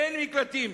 אין מקלטים